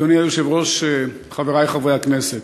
אדוני היושב-ראש, חברי חברי הכנסת,